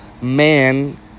man